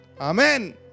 amen